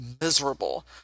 miserable